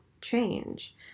change